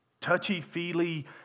touchy-feely